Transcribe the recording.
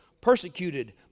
persecuted